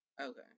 okay